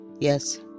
yes